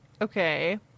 Okay